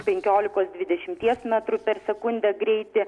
penkiolikos dvidešimties metrų per sekundę greitį